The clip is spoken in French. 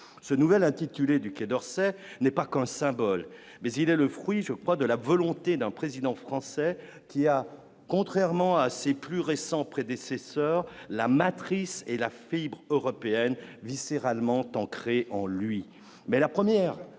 ce nouvel intitulé du Quai d'Orsay n'est pas qu'un symbole, mais il est le fruit, je crois, de la volonté d'un président français qui a, contrairement à ses plus récents prédécesseurs la matrice et la fille européenne viscéralement ancré en lui,